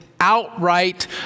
outright